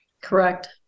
correct